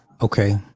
okay